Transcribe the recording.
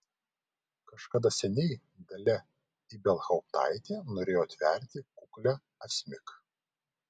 kažkada seniai dalia ibelhauptaitė norėjo atverti kuklią asmik